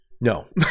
no